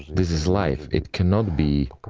this is life. it cannot be.